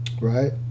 right